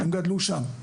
הן גדלו שם.